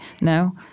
No